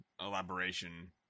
elaboration